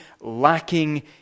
lacking